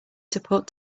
support